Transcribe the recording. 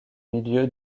milieu